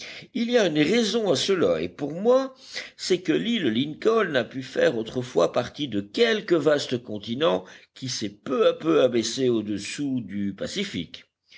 il y a une raison à cela et pour moi c'est que l'île lincoln a pu faire autrefois partie de quelque vaste continent qui s'est peu à peu abaissé au-dessous du pacifique